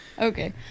Okay